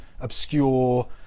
obscure